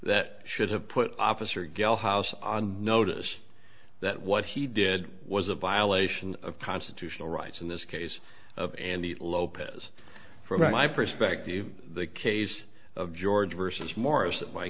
that should have put officer gail house on notice that what he did was a violation of constitutional rights in this case of and the lopez from my perspective the case of george versus morris